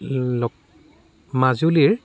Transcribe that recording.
মাজুলীৰ